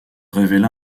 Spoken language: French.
révéla